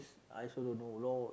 I also don't know loh